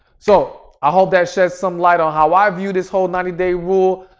so, i hope that sheds some light on how i view this whole ninety day rule.